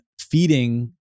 feeding